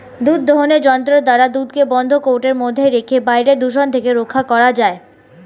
দুধ দোহনের যন্ত্র দ্বারা দুধকে বন্ধ কৌটোর মধ্যে রেখে বাইরের দূষণ থেকে রক্ষা করা যায়